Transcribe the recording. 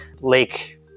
lake